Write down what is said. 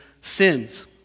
sins